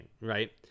right